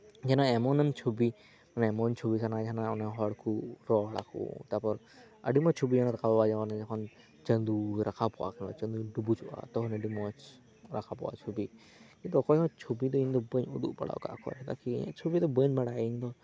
ᱡᱮᱱᱚ ᱮᱢᱚᱱ ᱮᱢ ᱪᱷᱚᱵᱤᱭ ᱮᱢᱚᱱ ᱪᱷᱚᱵᱤ ᱥᱟᱱᱟᱭᱤᱧᱟᱹ ᱚᱱᱮ ᱦᱚᱲᱠᱚ ᱨᱚᱲ ᱟᱠᱚ ᱛᱟᱯᱚᱨ ᱟᱹᱰᱤ ᱢᱚᱸᱡᱽ ᱪᱷᱚᱵᱤ ᱡᱮᱢᱚᱱ ᱨᱟᱠᱟᱯᱚᱜᱼᱟ ᱡᱚᱠᱷᱚᱱ ᱪᱟᱸᱫᱚᱭ ᱨᱟᱠᱟᱯᱚᱜᱼᱟ ᱪᱟᱸᱫᱚᱭ ᱰᱩᱵᱩᱪᱚᱜᱼᱟ ᱟᱹᱰᱤ ᱢᱚᱸᱡᱽ ᱨᱟᱠᱟᱯᱚᱜᱼᱟ ᱪᱷᱚᱵᱤ ᱠᱤᱱᱛᱩ ᱚᱠᱚᱭᱦᱚᱸ ᱪᱷᱚᱵᱤ ᱫᱚ ᱤᱧᱦᱚᱸ ᱵᱟᱹᱧ ᱩᱫᱩᱜ ᱵᱟᱲᱟ ᱟᱠᱟᱫ ᱠᱚᱣᱟ ᱤᱧ ᱫᱚ ᱪᱷᱚᱵᱤ ᱫᱚ ᱵᱟᱹᱧ ᱵᱟᱲᱟᱭᱟ